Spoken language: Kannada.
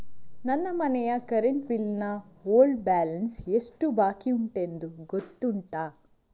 ನನ್ನ ಮನೆಯ ಕರೆಂಟ್ ಬಿಲ್ ನ ಓಲ್ಡ್ ಬ್ಯಾಲೆನ್ಸ್ ಎಷ್ಟು ಬಾಕಿಯುಂಟೆಂದು ಗೊತ್ತುಂಟ?